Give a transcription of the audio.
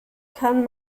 kann